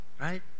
right